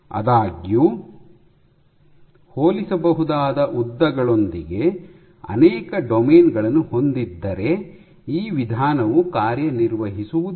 ಆದಾಗ್ಯೂ ಹೋಲಿಸಬಹುದಾದ ಉದ್ದಗಳೊಂದಿಗೆ ಅನೇಕ ಡೊಮೇನ್ ಗಳನ್ನು ಹೊಂದಿದ್ದರೆ ಈ ವಿಧಾನವು ಕಾರ್ಯನಿರ್ವಹಿಸುವುದಿಲ್ಲ